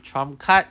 trump card